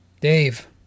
Dave